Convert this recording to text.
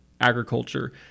agriculture